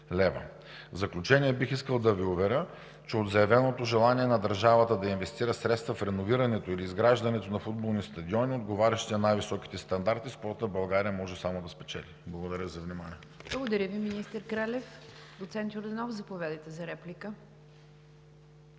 лв. В заключение, бих искал да Ви уверя, че от заявеното желание на държавата да инвестира средства в реновирането или изграждането на футболни стадиони, отговарящи на най-високите стандарти, спортът в България може само да спечели. Благодаря за вниманието. ПРЕДСЕДАТЕЛ НИГЯР ДЖАФЕР: Благодаря Ви, министър Кралев. Доцент Йорданов, заповядайте за реплика.